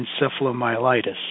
encephalomyelitis